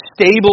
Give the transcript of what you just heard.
stable